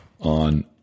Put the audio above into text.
on